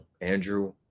andrew